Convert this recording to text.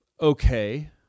okay